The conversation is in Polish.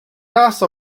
raz